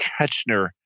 Ketchner